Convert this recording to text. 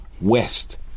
West